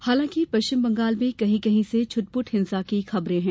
हालांकि पश्चिम बंगाल में कहीं कहीं से छट पूट हिंसा की खबरे हैं